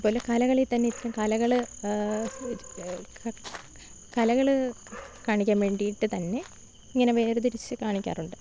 അത്പോലെ കലകളിൽ തന്നെ ഇപ്പം കലകള് കലകള് കാണിക്കാൻ വേണ്ടിയിട്ട് തന്നെ ഇങ്ങനെ വേർതിരിച്ച് കാണിക്കാറുണ്ട്